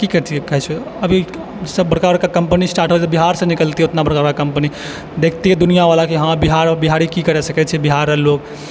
की कैरतियै अभी सब बड़का बड़का कम्पनी स्टार्ट हो जाय बिहार सऽ निकलतियै उतना बड़का बड़का कम्पनी देखतियै दुनिआ बला कि हँ बिहारी की करी सकै छै बिहारके लोग